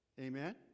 Amen